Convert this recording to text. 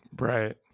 Right